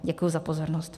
Děkuji za pozornost.